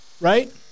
Right